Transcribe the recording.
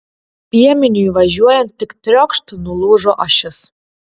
piemeniui važiuojant tik triokšt nulūžo ašis